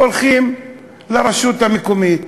הולכים לרשות המקומית,